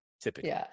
Typically